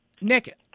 Nick